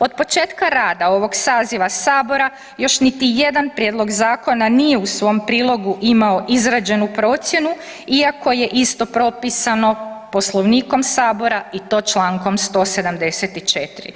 Od početka rada ovog saziva Sabora, još niti jedan prijedlog zakona nije u svom prilogu imao izrađenu procjenu iako je isto propisano Poslovnikom Sabora i to čl. 174.